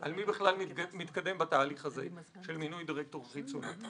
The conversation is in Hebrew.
על מי בכלל מתקדם בתהליך הזה של מינוי דירקטור חיצוני.